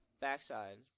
Backside